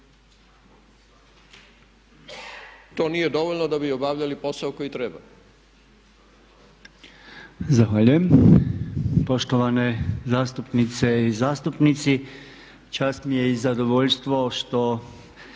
to nije dovoljno da bi obavljali posao koji treba. **Podolnjak, Robert (MOST)** Zahvaljujem. Poštovane zastupnice i zastupnici čast mi je i zadovoljstvo što